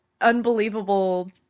unbelievable